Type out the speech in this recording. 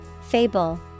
Fable